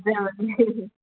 ꯐꯖꯕꯅꯦ